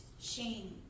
shame